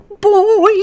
boy